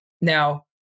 Now